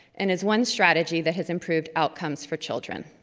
and is one strategy that has improved outcomes for children.